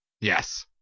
Yes